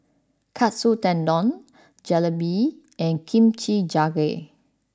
Katsu Tendon Jalebi and Kimchi jjigae